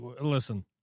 listen